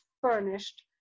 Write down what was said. furnished